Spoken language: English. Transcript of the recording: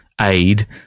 aid